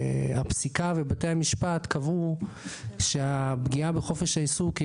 שהפסיקה ובתי המשפט קבעו שהפגיעה בחופש העיסוק היא